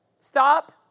Stop